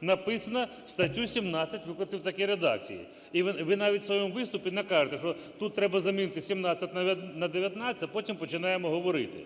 написано: статтю 17 викласти такій редакції. І ви навіть в своєму виступі накажете, що тут треба замінити 17 на 19, а потім починаємо говорити.